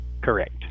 Correct